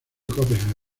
copenhague